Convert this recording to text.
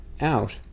out